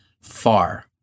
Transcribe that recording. far